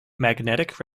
magnetic